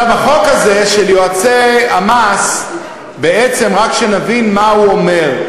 החוק הזה של יועצי המס בעצם רק שנבין מה הוא אומר.